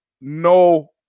No